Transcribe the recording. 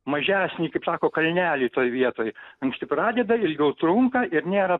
mažesnį kaip sako kalnelį toj vietoj anksti pradeda ilgiau trunka ir nėra